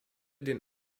den